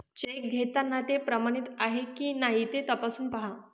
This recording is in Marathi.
चेक घेताना ते प्रमाणित आहे की नाही ते तपासून पाहा